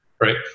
right